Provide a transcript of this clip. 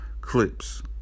clips